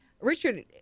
Richard